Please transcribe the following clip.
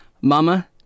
Mama